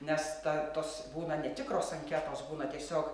nes ta tos būna netikros anketos būna tiesiog